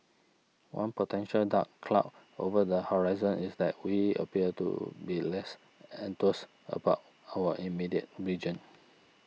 one potential dark cloud over the horizon is that we appear to be less enthused about our immediate region